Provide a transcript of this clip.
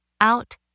out